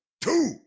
two